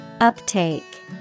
Uptake